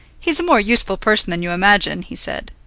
he's a more useful person than you imagine, he said.